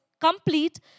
complete